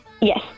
Yes